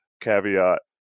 caveat